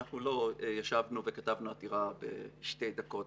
אנחנו לא ישבנו וכתבנו עתירה בשתי דקות,